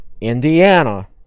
Indiana